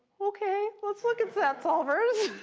ok, let's look at sat solvers.